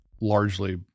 largely